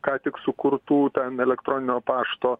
ką tik sukurtų ten elektroninio pašto